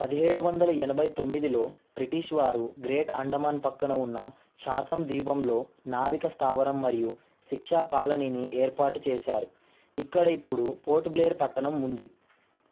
పదిహేడు వందల ఎనభై తొమ్మిదిలో బ్రిటీష్ వారు గ్రేట్ అండమాన్ పక్కన ఉన్న చాథమ్ ద్వీపంలో నావికా స్థావరం మరియు శిక్షా కాలనీని ఏర్పాటు చేశారు ఇక్కడ ఇప్పుడు పోర్ట్ బ్లెయిర్ పట్టణం ఉంది